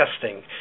testing